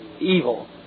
evil